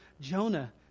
Jonah